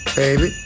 baby